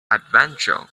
adventure